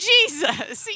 Jesus